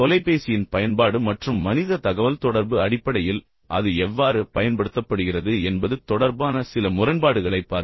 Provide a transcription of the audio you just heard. தொலைபேசியின் பயன்பாடு மற்றும் மனித தகவல்தொடர்பு அடிப்படையில் அது எவ்வாறு பயன்படுத்தப்படுகிறது என்பது தொடர்பான சில முரண்பாடுகளைப் பாருங்கள்